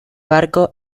barco